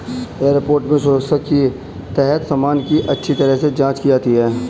airport में सुरक्षा के तहत सामान की अच्छी तरह से जांच की जाती है